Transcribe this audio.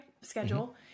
schedule